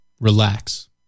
relax